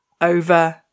Over